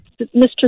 Mr